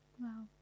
Wow